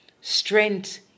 strength